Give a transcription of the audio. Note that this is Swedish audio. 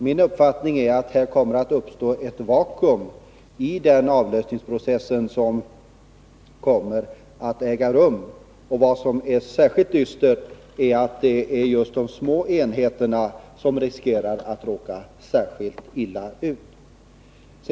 Min uppfattning är att det kommer att uppstå ett vakuum i den avlösningsprocess som kommer att äga rum, och det är särskilt dystert att det är just de små enheterna som riskerar att råka mest illa ut.